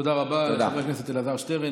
תודה רבה לחבר הכנסת אלעזר שטרן.